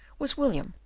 was william,